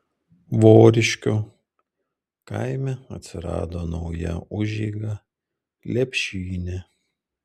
voriškių kaime atsirado nauja užeiga lepšynė